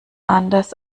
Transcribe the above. anders